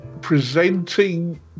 presenting